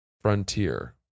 frontier